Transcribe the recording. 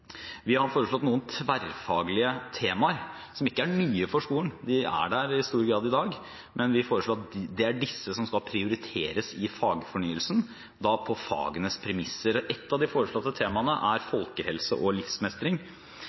Vi har foreslått noen tverrfaglige temaer, som ikke er nye for skolen. De er der i stor grad i dag, men vi foreslår at det er disse som skal prioriteres i fagfornyelsen, og da på fagenes premisser. Et av de foreslåtte temaene er folkehelse og livsmestring.